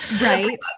right